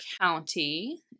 County